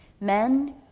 men